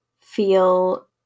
feel